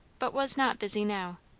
but was not busy now.